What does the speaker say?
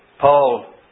Paul